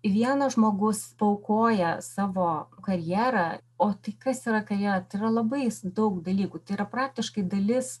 vienas žmogus paaukoja savo karjerą o tai kas yra karjera tai yra labai daug dalykų tai yra praktiškai dalis